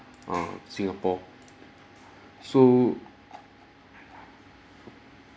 err singapore so